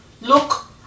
look